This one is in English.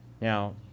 now